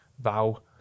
vow